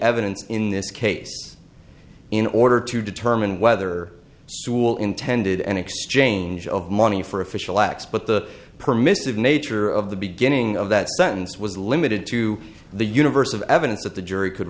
evidence in this case in order to determine whether sewell intended an exchange of money for official acts but the permissive nature of the beginning of that sentence was limited to the universe of evidence that the jury could